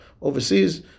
overseas